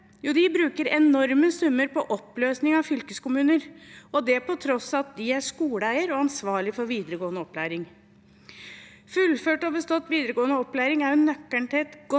den bruker enorme summer på oppløsning av fylkes kommuner, og det på tross av at de er skoleeiere og ansvarlig for videregående opplæring. Fullført og bestått videregående opplæring er nøkkelen til et godt